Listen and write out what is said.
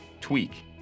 tweak